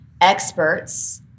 experts